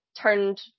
turned